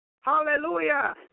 hallelujah